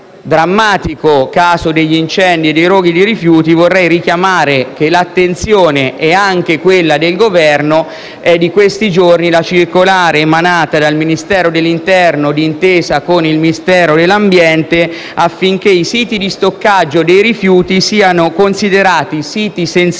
riguardo al drammatico caso degli incendi e dei roghi di rifiuti, vorrei richiamare l'attenzione, anche quella del Governo, sulla circolare emanata in questi giorni dal Ministero dell'interno d'intesa con il Ministero dell'ambiente affinché i siti di stoccaggio dei rifiuti siano considerati siti sensibili